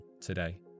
today